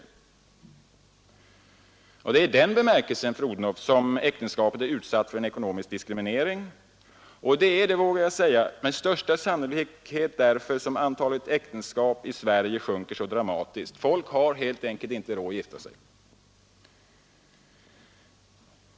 Det är i den bemärkelsen, fru Odhnoff, som äktenskapet är utsatt för en diskriminering, och det är, vågar jag säga, därför som med största sannolikhet antalet äktenskap i Sverige sjunker så dramatiskt: folk har helt enkelt inte råd att gifta sig.